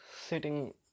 sitting